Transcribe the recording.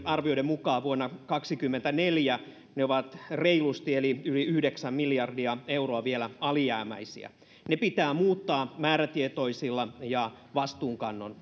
arvioiden mukaan vuonna kaksikymmentäneljä ne ovat reilusti eli yli yhdeksän miljardia euroa vielä alijäämäisiä ne pitää muuttaa määrätietoisin ja vastuunkannon